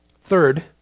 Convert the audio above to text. Third